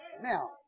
Now